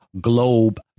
Globe